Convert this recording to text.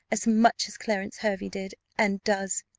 as much as clarence hervey did, and does.